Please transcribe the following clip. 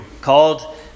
called